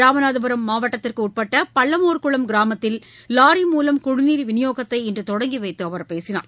ராமநாதபுரம் மாவட்டத்திற்கு உட்பட்ட பல்லமோர்குளம் கிராமத்தில் லாரி மூலம் குடிநீர் விநியோகத்தை இன்று தொடங்கி வைத்து அவர் பேசினார்